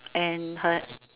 and her